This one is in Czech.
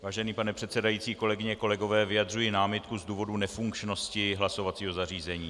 Vážený pane předsedající, kolegyně, kolegové, vyjadřuji námitku z důvodu nefunkčnosti hlasovacího zařízení.